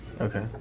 Okay